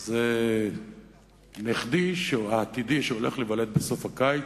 זה נכדי העתידי, שהולך להיוולד בסוף הקיץ,